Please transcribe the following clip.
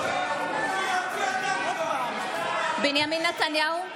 (קוראת בשם חבר הכנסת) בנימין נתניהו,